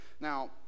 Now